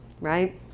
right